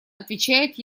отвечает